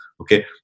Okay